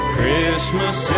Christmas